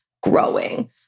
growing